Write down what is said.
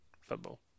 football